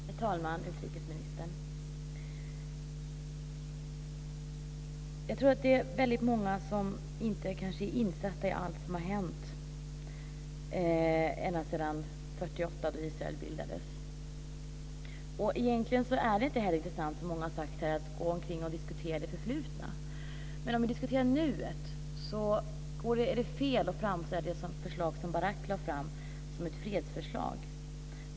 Herr talman! Jag tror att det är många som inte inser allt som har hänt ända sedan 1948 då Israel bildades. Och som många har sagt är det egentligen inte intressant att gå omkring och diskutera det förflutna. Men om vi diskuterar nuet så är det fel att framställa det förslag som Barak lade fram som ett fredsförslag.